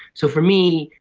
so for me,